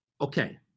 Okay